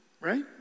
Right